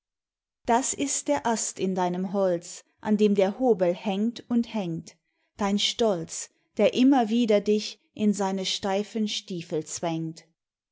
das ist der ast in deinem holz an dem der hobel hängt und hängt dein stolz der immer wieder dich in seine steifen stiefel zwängt